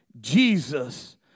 Jesus